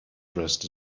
dressed